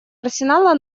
арсенала